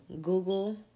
Google